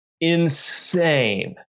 insane